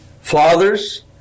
Fathers